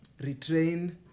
retrain